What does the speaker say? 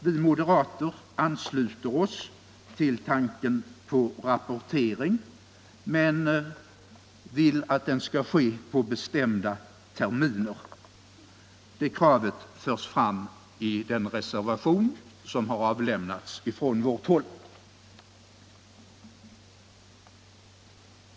Vi moderater ansluter oss till tanken på rapportering, men vill att den skall ske på bestämda terminer. Det kravet förs fram i den reservation som har avlämnats från vårt håll.